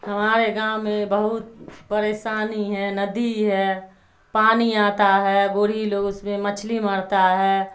ہمارے گاؤں میں بہت پریشانی ہے ندی ہے پانی آتا ہے گورھی لوگ اس میں مچھلی مرتا ہے